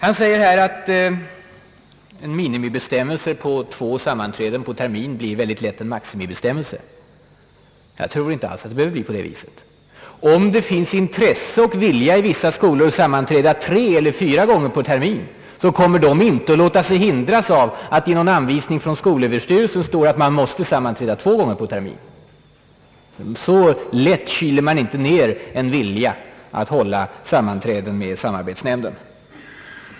Han säger att en minimibestämmelse om två sammanträden per termin väldigt lätt blir en maximibestämmelse. Jag tror inte alls att det behöver bli på det viset. Om det finns intresse och vilja i vissa skolor att sammanträda tre—fyra gånger per termin, kommer de inte att låta sig hindras av att det i en anvisning från skolöverstyrelsen står att sammanträde måste äga rum två gånger per termin. Så lätt kyler man inte ner en vilja att hålla sammanträden med samarbetsnämnden.